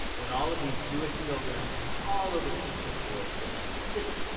when all of these jewish pilgrims from all over the ancient world were in the city,